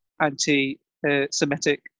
anti-Semitic